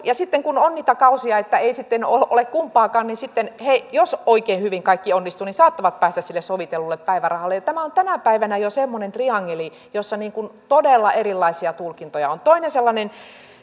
ja sitten kun on niitä kausia että ei ole kumpaakaan niin he jos oikein hyvin kaikki onnistuu saattavat päästä sille sovitellulle päivärahalle tämä on tänä päivänä jo semmoinen triangeli jossa on todella erilaisia tulkintoja toinen sellainen